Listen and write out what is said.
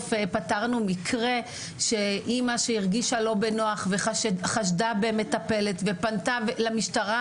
סוף פתרנו מקרה שאמא שהרגישה לא בנוח וחשדה במטפלת ופנתה למשטרה,